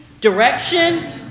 Direction